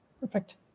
Perfect